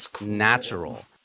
natural